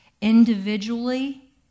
individually